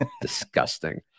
Disgusting